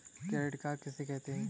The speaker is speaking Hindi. क्रेडिट कार्ड किसे कहते हैं?